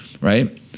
right